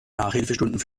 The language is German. nachhilfestunden